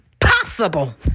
possible